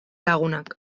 lagunak